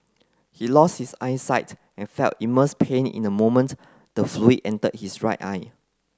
he lost his eyesight and felt immense pain in the moment the fluid entered his right eye